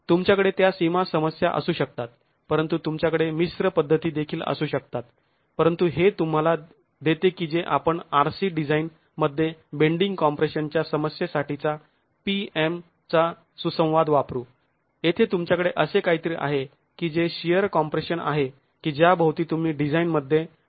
तुमच्याकडे त्या सिमा समस्या असू शकतात परंतु तुमच्याकडे मिश्र पद्धती देखील असू शकतात परंतु हे तुम्हाला देते की जे आपण आरसी डिझाइन मध्ये बेंडींग कॉम्प्रेशन च्या समस्येसाठीचा PM चा सुसंवाद वापरू येथे तुमच्याकडे असे काहीतरी आहे कि जे शिअर कॉम्प्रेशन आहे की ज्या भोवती तुम्ही डिझाइनमध्ये आणि मूल्यांकनासाठी खेळू शकता